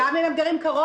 גם אם הם גרים קרוב?